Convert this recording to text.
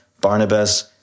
Barnabas